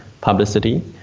publicity